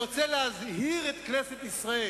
אני רוצה להזהיר את כנסת ישראל,